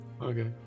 Okay